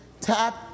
Tap